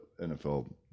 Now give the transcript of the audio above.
NFL